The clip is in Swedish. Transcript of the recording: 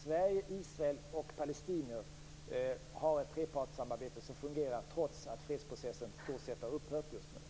Sverige, Israel och palestinier har ett trepartssamarbete som fungerar, trots att fredsprocessen i stort sett har upphört just nu.